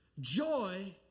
joy